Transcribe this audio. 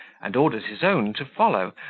and ordered his own to follow,